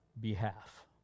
behalf